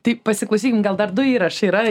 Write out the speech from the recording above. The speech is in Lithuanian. tai pasiklausykim gal dar du įrašai yra